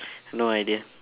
no idea